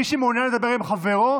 מי שמעוניין לדבר עם חברו,